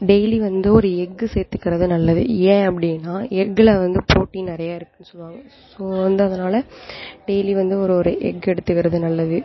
daily வந்து ஒரு egg சேர்த்துக்கறது நல்லது ஏன் அப்படின்னா எக்கில் வந்து ப்ரோட்டீன் நிறைய இருக்குதுன்னு சொல்லுவாங்க ஸோ வந்து அதனால் டெய்லி வந்து ஒரு ஒரு எக்கு எடுத்துக்கிறது நல்லது